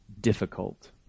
difficult